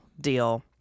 deal